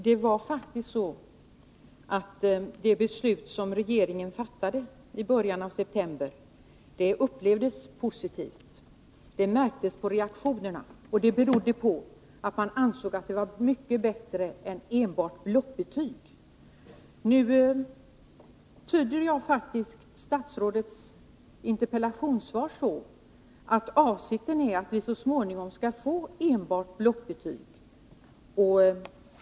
Herr talman! Det beslut som regeringen fattade i början av september upplevdes faktiskt positivt — det märktes på reaktionerna. Det berodde på att man ansåg att beslutet innebar något mycket bättre än enbart blockbetyg. Jag tyder statsrådets interpellationssvar så, att avsikten är att man så småningom skall få enbart blockbetyg.